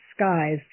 skies